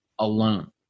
alone